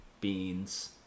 Beans